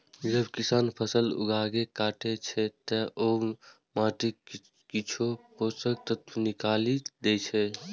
जब किसान फसल उगाके काटै छै, ते ओ माटिक किछु पोषक तत्व निकालि दै छै